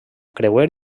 creuer